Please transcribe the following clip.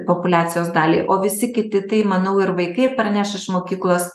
populiacijos daliai o visi kiti tai manau ir vaikai parneš iš mokyklos